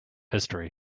history